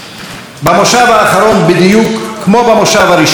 במושב האחרון בדיוק כמו במושב הראשון.